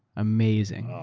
amazing.